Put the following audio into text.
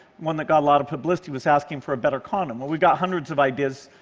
one that got a lot of publicity was asking for a better condom. well, we got hundreds of ideas.